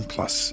Plus